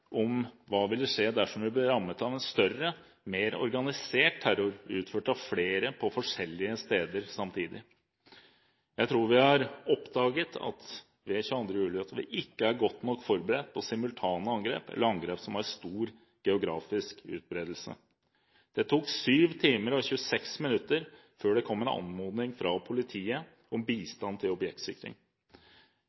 om hva som ville skje dersom vi ble rammet av en større, mer organisert terror utført av flere på forskjellige steder samtidig. Jeg tror vi har oppdaget – etter 22. juli – at vi ikke er godt nok forberedt på simultane angrep eller angrep som har stor geografisk utbredelse. Det tok 7 timer og 26 minutter før det kom en anmodning fra politiet om